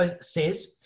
says